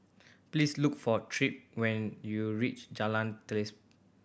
please look for Tripp when you reach Jalan Selaseh